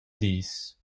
dis